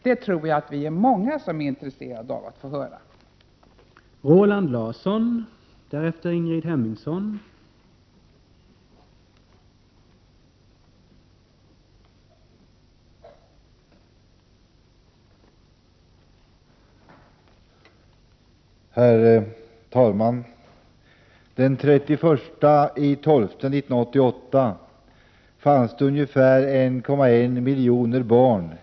Jag tror att vi är många som är intresserade av att få höra det.